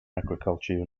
agricultural